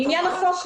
לעניין החוק.